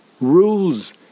rules